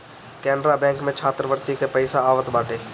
Canara bank में छात्रवृत्ति के पईसा आवत बाटे